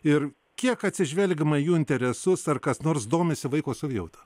ir kiek atsižvelgiama į jų interesus ar kas nors domisi vaiko savijauta